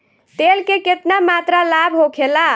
तेल के केतना मात्रा लाभ होखेला?